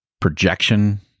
projection